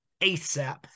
ASAP